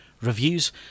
Reviews